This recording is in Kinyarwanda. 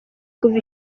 kuva